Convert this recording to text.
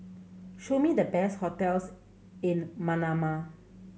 show me the best hotels in Manama